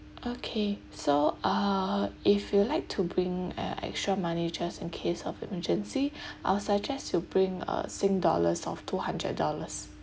okay so uh if you'd like to bring uh extra money just in case of emergency I will suggest you bring uh sing dollars of two hundred dollars